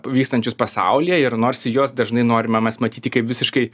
vykstančius pasaulyje ir nors į juos dažnai norime mes matyti kaip visiškai